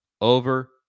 over